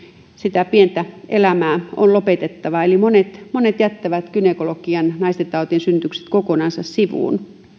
sitä pientä elämää on lopetettava eli monet monet jättävät gynekologian naistentaudit synnytykset kokonaan sivuun